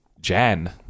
Jan